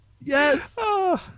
yes